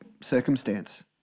circumstance